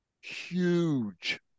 huge